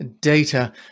data